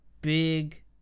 big